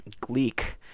gleek